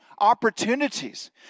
opportunities